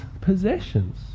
possessions